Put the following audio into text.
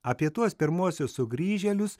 apie tuos pirmuosius sugrįžėlius